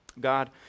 God